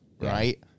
right